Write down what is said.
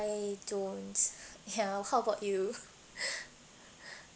don't ya how about you